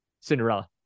Cinderella